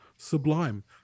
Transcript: sublime